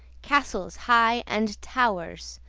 castles high and towers,